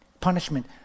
punishment